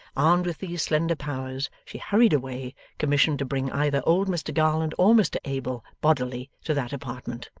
armed with these slender powers, she hurried away, commissioned to bring either old mr garland or mr abel, bodily, to that apartment.